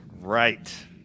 Right